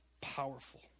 Powerful